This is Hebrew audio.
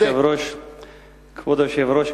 כבוד היושב-ראש,